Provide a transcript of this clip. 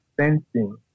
sensing